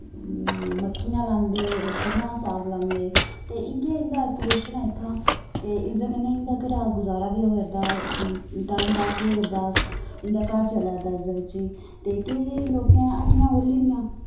मक्कियां लांदे सरेयां दा साग लांदे ते इयै इंदा अक्कूएशन ऐ इत्थां ते इसदे कन्ने इंदा घरा दा गुजारा बी होआ रदा टाइम पास बी होआ रदा इंदा घर चला दा इसदे बिच्च ते केई केई लोकैं हट्टियां खोली दियां